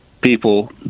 people